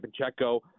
Pacheco